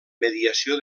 mediació